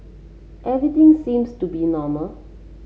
everything seems to be normal